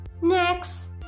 Next